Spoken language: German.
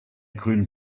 grünen